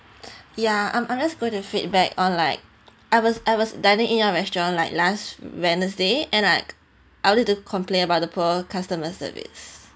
yeah I'm I'm just going to feedback on like I was I was dining in your restaurant like last wednesday and I I'll need to complain about the poor customer service